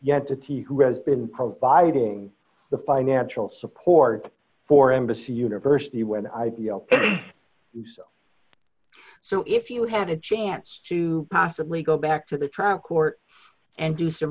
yet the teen who has been providing the financial support for embassy university when i saw so if you had a chance to possibly go back to the trial court and do some